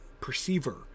perceiver